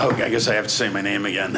ok i guess i have to say my name again